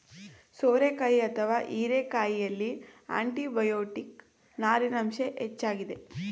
ಸೋರೆಕಾಯಿ ಅಥವಾ ಹೀರೆಕಾಯಿಯಲ್ಲಿ ಆಂಟಿಬಯೋಟಿಕ್, ನಾರಿನ ಅಂಶ ಹೆಚ್ಚಾಗಿದೆ